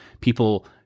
people